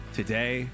today